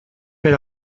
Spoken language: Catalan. per